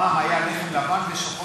פעם היה לחם לבן ושחור